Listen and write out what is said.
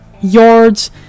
yards